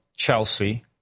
Chelsea